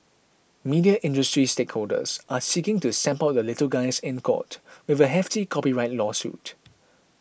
media industry stakeholders are seeking to stamp out the little guys in court with a hefty copyright lawsuit